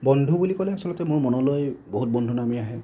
বন্ধু বুলি ক'লে আচলতে মোৰ মনলৈ বহুত বন্ধুৰ নামেই আহে